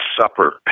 Supper